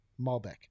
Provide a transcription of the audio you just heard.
Malbec